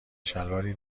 شلواری